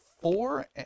four